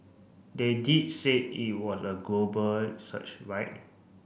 they did say it was a global search right